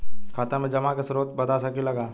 खाता में जमा के स्रोत बता सकी ला का?